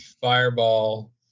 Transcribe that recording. fireball